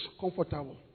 comfortable